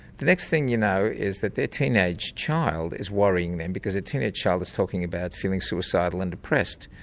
the next thing you know is that their teenage child is worrying them, because a teenage child is talking about feeling suicidal and depressed.